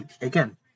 Again